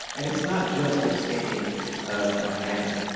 and it's not just extending a hand.